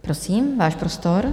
Prosím, váš prostor.